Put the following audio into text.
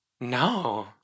No